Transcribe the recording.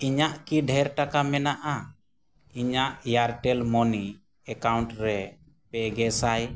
ᱤᱧᱟᱹᱜ ᱠᱤ ᱰᱷᱮᱹᱨ ᱴᱟᱠᱟ ᱢᱮᱱᱟᱜᱼᱟ ᱤᱧᱟᱹᱜ ᱮᱭᱟᱨᱴᱮᱹᱞ ᱢᱟᱹᱱᱤ ᱮᱠᱟᱣᱩᱱᱴ ᱨᱮ ᱯᱮᱜᱮ ᱥᱟᱭ